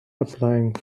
applying